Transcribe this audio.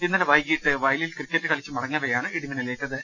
ഇന്നലെ വൈകിട്ട് വയലിൽ ക്രിക്കറ്റ് കളിച്ച് മടങ്ങവെയാണ് ഇടിമിന്നലേറ്റത്